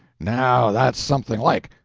now that's something like!